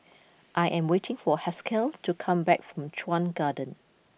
I am waiting for Haskell to come back from Chuan Garden